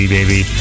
Baby